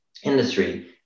industry